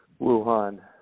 wuhan